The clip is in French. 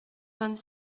vingt